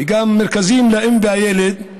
וגם מרכזים לאם והילד,